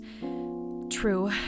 true